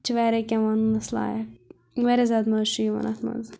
چھِ واریاہ کیٚنٛہہ وننَس لایق واریاہ زیادٕ مَزٕ چھُ یِوان اَتھ منٛز